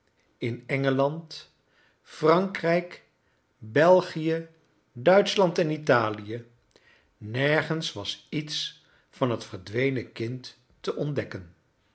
in engeland frankrijk belgië duitschland en italië nergens was iets van het verdwenen kind te ontdekken